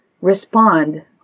respond